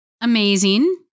Amazing